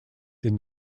did